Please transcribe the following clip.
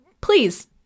please